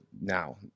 now